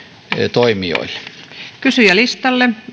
toimijoille puhujalistalle